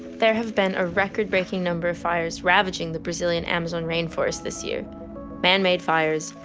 there have been a record-breaking number of fires ravaging the brazilian amazon rainforest this year manmade fires,